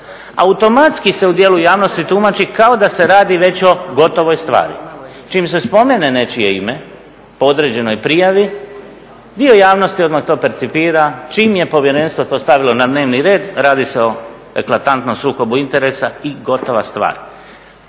automatski se u dijelu javnosti tumači kao da se radi već o gotovoj stvari. Čim se spomene nečije ime po određenoj prijavi dio javnosti odmah to percipira čim je povjerenstvo to stavilo na dnevni red radi se o eklatantnom sukobu interesa i gotova stvar.